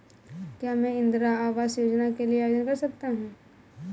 क्या मैं इंदिरा आवास योजना के लिए आवेदन कर सकता हूँ?